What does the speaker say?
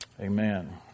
Amen